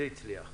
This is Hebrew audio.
זה הצליח.